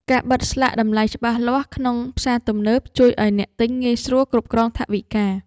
ការបិទស្លាកតម្លៃច្បាស់លាស់ក្នុងផ្សារទំនើបជួយឱ្យអ្នកទិញងាយស្រួលគ្រប់គ្រងថវិកា។